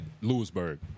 Lewisburg